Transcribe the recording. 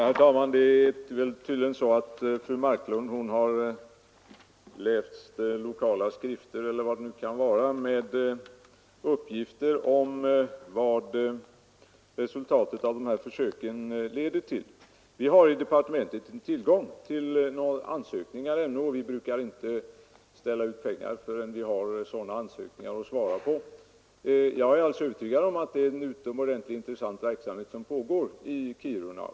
Herr talman! Det är tydligen så att fru Marklund har läst lokala skrifter, eller vad det nu kan vara, med uppgifter om vad resultatet av de här försöken leder till. Vi har i departementet inte tillgång till några ansökningar ännu, och vi brukar inte ställa ut pengar förrän vi har några ansökningar att ta ställning till. Jag är övertygad om att det är en utomordentligt intressant verksamhet som pågår i Kiruna.